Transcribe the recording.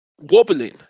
wobbling